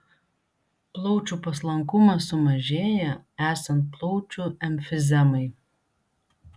plaučių paslankumas sumažėja esant plaučių emfizemai